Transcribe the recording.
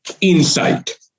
insight